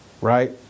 Right